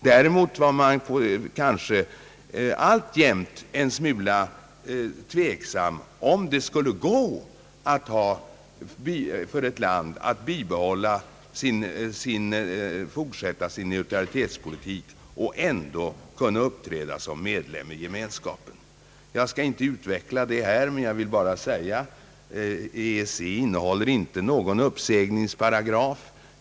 Däremot ställde man sig alltjämt en smula tveksam till om det skulle gå för ett land att fortsätta sin neutralitetspolitik och ändå kunna uppträda som medlem i Gemenskapen. Jag skall inte utveckla detta vidare här utan vill bara säga att avtalet med EEC inte innehåller någon uppsägningsparagraf.